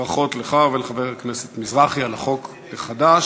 ברכות לך ולחבר הכנסת מזרחי על החוק החדש.